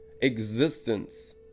existence